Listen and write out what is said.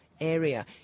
area